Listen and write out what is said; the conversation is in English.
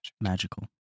Magical